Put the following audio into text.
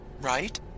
right